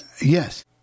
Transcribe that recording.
Yes